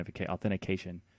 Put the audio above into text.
authentication